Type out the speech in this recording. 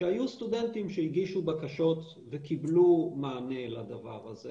שהיו סטודנטים שהגישו בקשות וקיבלו מענה לדבר הזה